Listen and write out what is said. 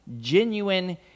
genuine